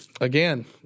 Again